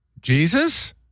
Jesus